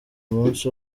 umunsi